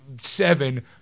seven